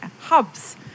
hubs